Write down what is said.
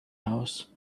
house